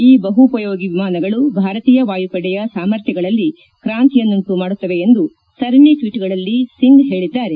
ಈ ಬಹು ಉಪಯೋಗಿ ವಿಮಾನಗಳು ಭಾರತೀಯ ವಾಯುಪಡೆಯ ಸಾಮರ್ಥ್ಯಗಳಲ್ಲಿ ಕ್ರಾಂತಿಯನ್ನುಂಟು ಮಾಡುತ್ತವೆ ಎಂದು ಸರಣಿ ಟ್ವೀಟ್ಗಳಲ್ಲಿ ಸಿಂಗ್ ಹೇಳಿದ್ದಾರೆ